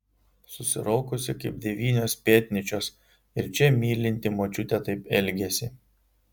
susiraukusi kaip devynios pėtnyčios ir čia mylinti močiutė taip elgiasi